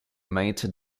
maintes